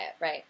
right